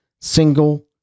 single